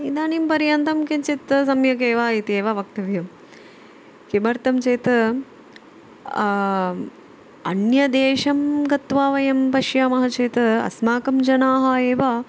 इदानीं पर्यन्तं किञ्चित् सम्यक् एव इत्येव वक्तव्यं किमर्थं चेत् अन्यदेशं गत्वा वयं पश्यामः चेत् अस्माकं जनाः एव